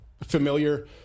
familiar